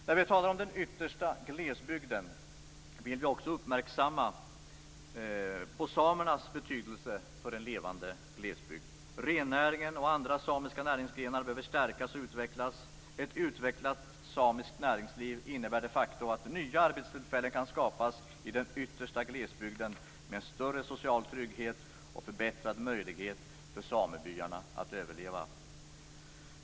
När vi talar om den yttersta glesbygden vill vi också uppmärksamma samernas betydelse för en levande glesbygd. Rennäringen och andra samiska näringsgrenar behöver stärkas och utvecklas. Ett utvecklat samiskt näringsliv innebär de facto att nya arbetstillfällen kan skapas i den yttersta glesbygden med större social trygghet och förbättrad möjlighet för samebyarna att överleva som följd.